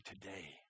today